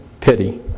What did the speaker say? pity